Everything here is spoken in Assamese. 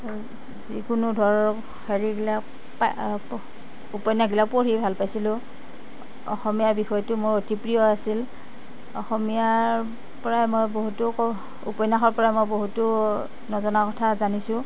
যিকোনো ধৰক হেৰিবিলাক উপন্যাসবিলাক পঢ়ি ভাল পাইছিলোঁ অসমীয়া বিষয়টো মোৰ অতি প্ৰিয় আছিল অসমীয়াৰ পৰা মই বহুতো উপন্যাসৰ পৰা মই বহুতো নজনা কথা মই জানিছোঁ